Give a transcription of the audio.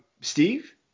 Steve